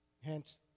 Hence